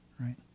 right